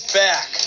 back